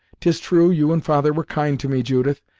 tis true, you and father were kind to me, judith,